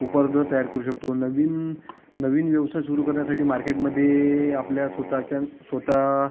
उपरनं तयार करू शकतो नवीन नवीन व्यवसाय सुरू करण्यासाठी मार्केटमध्ये आपल्या स्वतःच्या आणि स्वतः